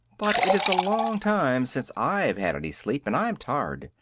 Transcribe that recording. but it is a long time since i have had any sleep, and i'm tired.